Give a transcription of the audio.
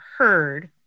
heard